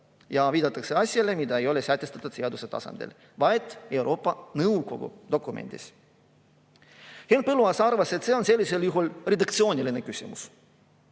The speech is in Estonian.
ja viidatakse asjale, mida ei ole sätestatud seaduse tasandil, vaid Euroopa Nõukogu dokumendis. Henn Põlluaas arvas, et see on sellisel juhul redaktsiooniline küsimus.